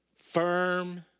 firm